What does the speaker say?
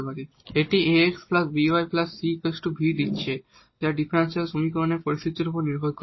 এটি ax by c v দিচ্ছে যা ডিফারেনশিয়াল সমীকরণের পরিস্থিতির উপর নির্ভর করে